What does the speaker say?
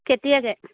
কেতিয়াকৈ